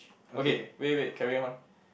okay wait wait carry on